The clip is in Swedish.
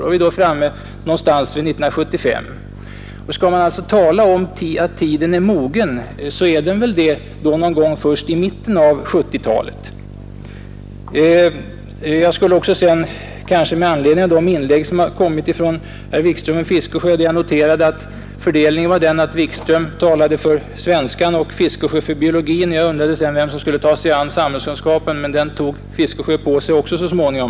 Vi är då framme vid 1975. Skall man alltså tala om att tiden är mogen, så är den väl det först någon gång i mitten av 1970-talet. Jag noterade att herr Wikström talade för svenskan och herr Fiskesjö för biologin, och jag undrade vem som skulle ta sig an samhällskunskapen; det gjorde herr Fiskesjö också så småningom.